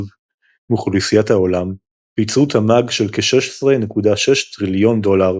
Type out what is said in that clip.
מאוכלוסיית העולם וייצרו תמ"ג של כ-16.6 טריליון דולר,